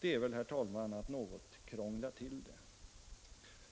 Det är väl, herr talman, att något krångla till det.